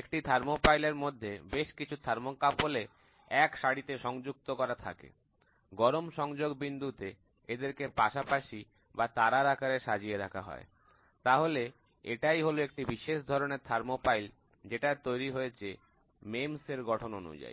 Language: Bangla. একটি তাপমৌল এর মধ্যে বেশ কিছু থার্মোকাপল কে এক সারিতে সংযুক্ত করা থাকে গরম সংযোগ বিন্দুতে এদেরকে পাশাপাশি বা তারার আকারে সাজিয়ে রাখা হয় তাহলে এটাই হল একটি বিশেষ ধরনের তাপমৌল যেটা তৈরি হয়েছেমেমস এর গঠন অনুযায়ী